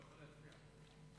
אדוני היושב-ראש, אני בעד אופיר פינס.